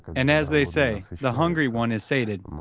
and as they say, the hungry one is sated.